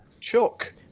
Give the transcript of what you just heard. Chuck